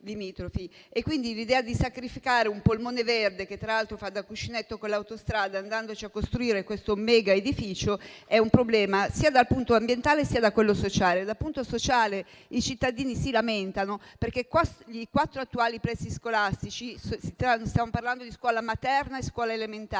limitrofi, l'idea di sacrificare un polmone verde, che tra l'altro fa da cuscinetto con l'autostrada, andandoci a costruire questo mega edificio, è un problema sia dal punto di vista ambientale, sia da quello sociale. Dal punto di vista sociale i cittadini si lamentano, perché i quattro attuali plessi scolastici (stiamo parlando di scuola materna e di scuola elementare)